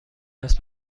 است